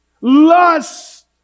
Lust